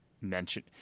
mention